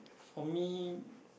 for me